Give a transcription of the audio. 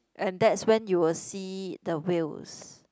and that's when you will see the whales